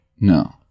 No